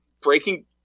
Breaking